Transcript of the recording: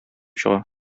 чыга